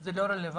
זה לא רלוונטי.